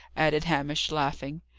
added hamish, laughing.